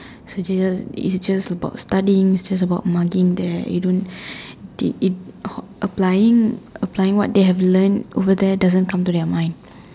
it's just about studying it's just about mugging there they don't they it applying applying what they have learnt over there doesn't come to their mind